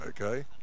okay